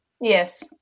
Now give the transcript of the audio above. Yes